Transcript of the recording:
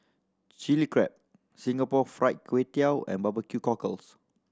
Chilli Crab Singapore Fried Kway Tiao and barbecue cockles